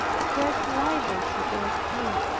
spread libels against me.